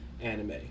anime